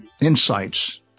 insights